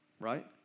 Right